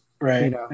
right